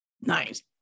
Nice